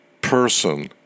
person